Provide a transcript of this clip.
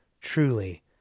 Truly